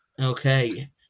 Okay